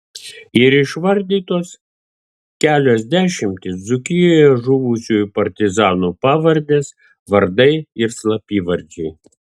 ir išvardytos kelios dešimtys dzūkijoje žuvusiųjų partizanų pavardės vardai ir slapyvardžiai